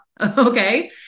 Okay